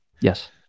Yes